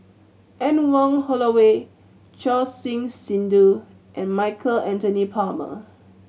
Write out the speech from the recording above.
Anne Wong Holloway Choor Singh Sidhu and Michael Anthony Palmer